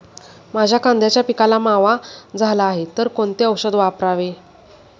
माझ्या कांद्याच्या पिकाला मावा झाला आहे तर कोणते औषध वापरावे?